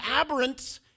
aberrant